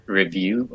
review